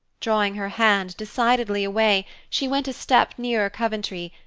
drawing her hand decidedly away, she went a step nearer coventry,